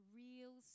real